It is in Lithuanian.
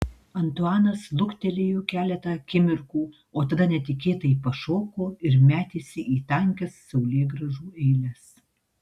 antuanas luktelėjo keletą akimirkų o tada netikėtai pašoko ir metėsi į tankias saulėgrąžų eiles